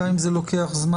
גם אם זה לוקח זמן,